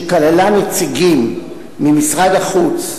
שכללה נציגים ממשרד החוץ,